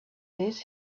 this